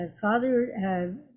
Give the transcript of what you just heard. father